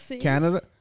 Canada